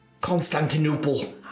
Constantinople